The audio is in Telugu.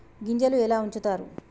గింజలు ఎలా ఉంచుతారు?